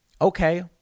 okay